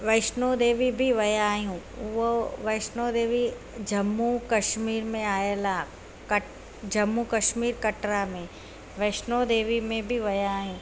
वैष्णो देवी बि विया आयूं ऊहो वैष्णो देवी जम्मू कश्मीर में आयल आहे क जम्मू कश्मीर कटरा में वैष्णो देवी में बि विया आहियूं